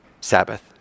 Sabbath